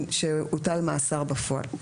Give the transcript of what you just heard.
שהוטל מאסר בפועל.